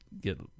get